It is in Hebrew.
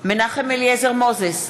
מנחם אליעזר מוזס,